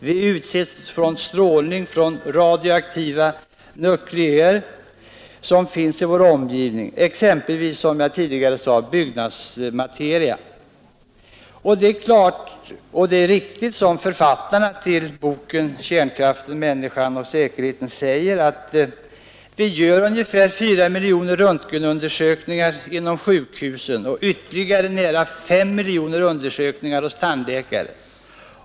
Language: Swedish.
Vi utsätts för strålning från radioaktiva nukleider som finns i vår omgivning, t.ex. i byggnadsmaterial, som jag sade tidigare. Det är som författarna till boken Kärnkraften, människan och säkerheten säger, att i Sverige utförs årligen 4 miljoner röntgenundersökningar inom sjukhusen och ytterligare nära 5 miljoner undersökningar hos tandläkarna.